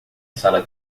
sala